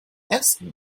ersten